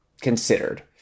considered